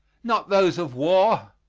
not those of war.